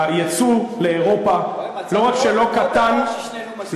היצוא לאירופה לא רק שלא קטן,